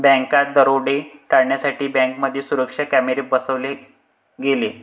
बँकात दरोडे टाळण्यासाठी बँकांमध्ये सुरक्षा कॅमेरे बसवले गेले